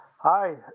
Hi